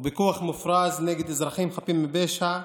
ובכוח מופרז נגד אזרחים חפים מפשע,